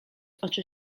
oczy